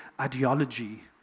ideology